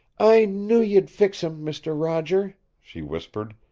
i knew you'd fix him, mister-roger, she whispered,